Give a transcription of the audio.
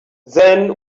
then